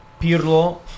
Pirlo